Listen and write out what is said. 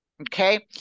Okay